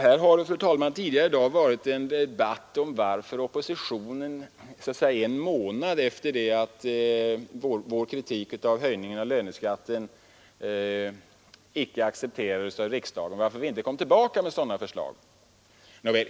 Här har det, fru talman, tidigare i dag förts en debatt om varför oppositionen en månad efter det att vår kritik av höjningen av löneskatten icke accepterades av riksdagen inte har kommit tillbaka med förslag om en sänkning av denna skatt.